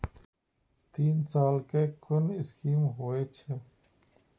तीन साल कै कुन स्कीम होय छै?